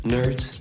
Nerds